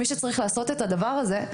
מי שצריך לעשות את הדבר הזה,